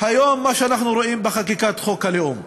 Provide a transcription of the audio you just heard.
מה שאנחנו רואים היום בחקיקת חוק הלאום,